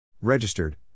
Registered